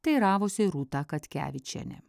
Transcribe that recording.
teiravosi rūta katkevičienė